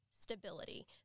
Stability